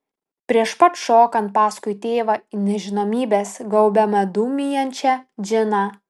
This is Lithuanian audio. prieš pat šokant paskui tėvą į nežinomybės gaubiamą dūmijančią džiną